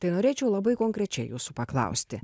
tai norėčiau labai konkrečiai jūsų paklausti